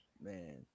man